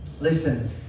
Listen